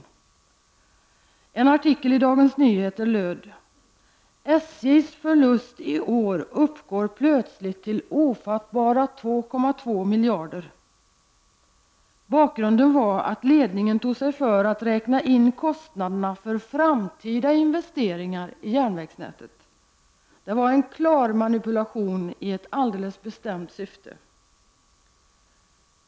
I en artikel i Dagens Nyheter stod det: ”SJ:s förlust i år uppgår plötsligt till ofattbara 2,2 miljarder.” Bakgrunden var att ledningen tog sig för att räkna in kostnaderna för framtida investeringar i järnvägsnätet. Det var en klar manipulation i ett alldeles bestämt syfte.